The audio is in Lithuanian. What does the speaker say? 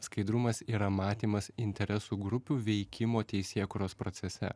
skaidrumas yra matymas interesų grupių veikimo teisėkūros procese